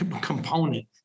component